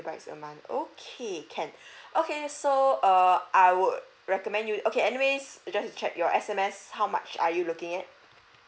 bytes a month okay can okay so uh I would recommend you okay anyways I just check you S_M_S how much are you looking at